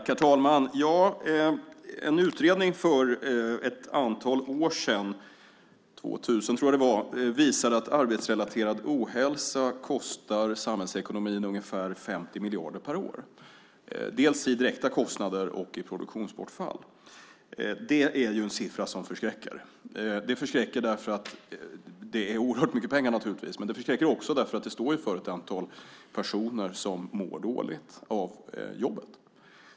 Herr talman! En utredning för ett antal år sedan visade att arbetsrelaterad ohälsa kostar samhällsekonomin ungefär 50 miljarder per år i direkta kostnader och i produktionsbortfall. Det är en siffra som förskräcker. Den förskräcker därför att det är oerhört mycket pengar, men den förskräcker också därför att den står för ett antal personer som mår dåligt av sina jobb.